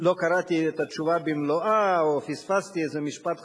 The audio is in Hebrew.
לא קראתי את התשובה במלואה או פספסתי איזה משפט חשוב.